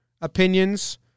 opinions